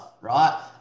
right